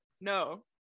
No